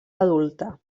adulta